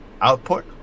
output